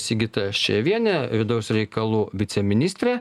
sigita ščajevienė vidaus reikalų viceministrė